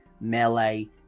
melee